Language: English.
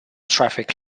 traffic